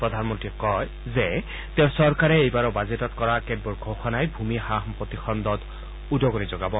প্ৰধানমন্ত্ৰীয়ে কয় যে তেওঁৰ চৰকাৰে এইবাৰৰ বাজেটত কৰা কেতবোৰ ঘোষণাই ভূমি সা সম্পত্তি খণ্ডত উদগনি যোগাব